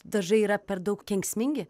dažai yra per daug kenksmingi